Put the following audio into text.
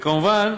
כמובן,